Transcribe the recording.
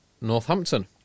Northampton